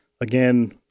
Again